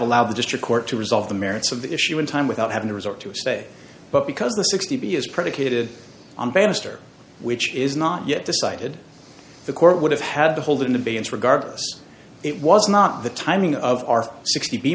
allowed the district court to resolve the merits of the issue in time without having to resort to say but because the sixty b is predicated on bannister which is not yet decided the court would have had to hold in abeyance regardless it was not the timing of our sixty